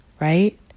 right